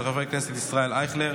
של חבר הכנסת ישראל אייכלר,